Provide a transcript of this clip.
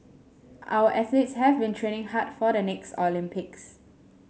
our athletes have been training hard for the next Olympics